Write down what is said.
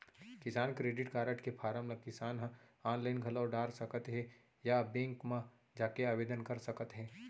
किसान credit card के form ल किसान ह आनलाइन घलौ डार सकत हें या बेंक म जाके आवेदन कर सकत हे